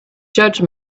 judge